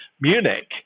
Munich